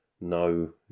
no